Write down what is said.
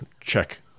check